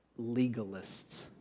legalists